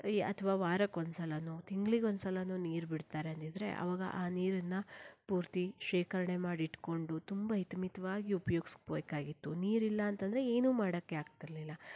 ಈ ಅಥವಾ ವಾರಕ್ಕೊಂದು ಸಲನೋ ತಿಂಗ್ಳಿಗೊಂದು ಸಲನೋ ನೀರು ಬಿಡ್ತಾರೆ ಅಂದಿದ್ದರೆ ಅವಾಗ ಆ ನೀರನ್ನು ಪೂರ್ತಿ ಶೇಖರಣೆ ಮಾಡಿ ಇಟ್ಟುಕೊಂಡು ತುಂಬ ಹಿತ ಮಿತವಾಗಿ ಉಪ್ಯೋಗಿಸ್ಬೇಕಾಗಿತ್ತು ನೀರಿಲ್ಲ ಅಂತಂದರೆ ಏನೂ ಮಾಡೋಕ್ಕೆ ಆಗ್ತಿರಲಿಲ್ಲ